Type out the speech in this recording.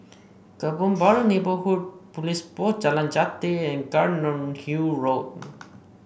Kebun Baru Neighbourhood Police Post Jalan Jati and Cairnhill Road